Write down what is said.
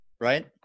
right